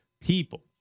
people